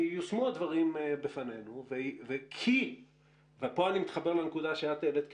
יושמו הדברים בפנינו ופה אני מתחבר לנקודה שאת העלית,